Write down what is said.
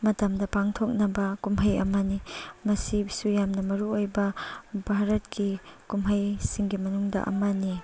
ꯃꯇꯝꯗ ꯄꯥꯡꯊꯣꯛꯅꯕ ꯀꯨꯝꯍꯩ ꯑꯃꯅꯤ ꯃꯁꯤꯁꯨ ꯌꯥꯝꯅ ꯃꯔꯨꯑꯣꯏꯕ ꯚꯥꯔꯠꯀꯤ ꯀꯨꯝꯍꯩꯁꯤꯡꯒꯤ ꯃꯅꯨꯡꯗ ꯑꯃꯅꯤ